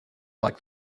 like